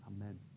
Amen